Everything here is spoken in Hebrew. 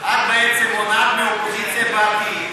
את בעצם מונעת מהאופוזיציה בעתיד,